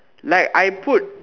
like I put